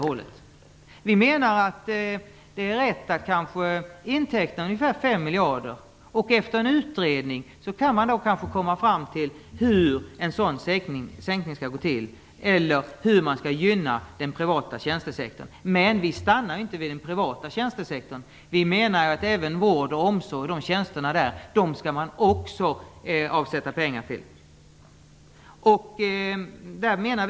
Vi menar att det är riktigt att inteckna kanske ungefär 5 miljarder. Efter en utredning kan man kanske komma fram till hur en sådan sänkning skall gå till eller till hur man skall gynna den privata tjänstesektorn. Men vi stannar inte vid den privata tjänstesektorn. Vi menar att det skall avsättas pengar även till tjänsterna inom vård och omsorg.